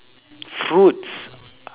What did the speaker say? fruits